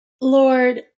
Lord